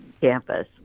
campus